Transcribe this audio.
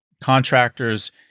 Contractors